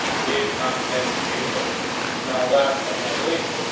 it comes in prebuilt now, last but not least,